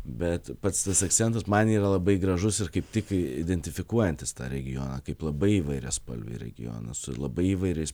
bet pats tas akcentas man yra labai gražus ir kaip tik identifikuojantis tą regioną kaip labai įvairiaspalvį regioną su labai įvairiais